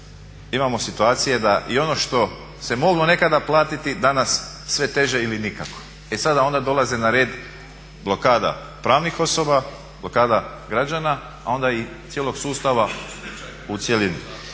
imamo situacije da i ono što se moglo nekada platiti danas sve teže ili nikako. I sada onda dolazi na red blokada pravnih osoba, blokada građana, a onda i cijelog sustava u cjelini.